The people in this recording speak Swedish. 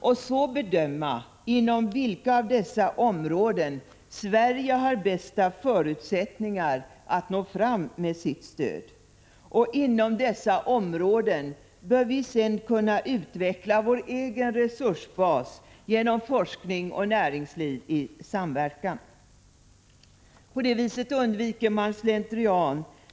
och bedöma inom vilka av dessa områden Sverige har de bästa förutsättningarna att nå fram med sitt stöd. Inom dessa områden bör vi sedan kunna utveckla vår egen resursbas genom forskning och näringsliv i samverkan. På det sättet undviker man slentrian.